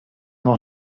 noch